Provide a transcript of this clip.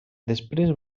després